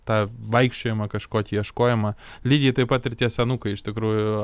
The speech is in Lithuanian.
tą vaikščiojimą kažkokį ieškojimą lygiai taip pat ir tie senukai iš tikrųjų